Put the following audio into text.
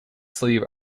sleeve